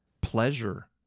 Pleasure